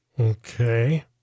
Okay